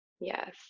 Yes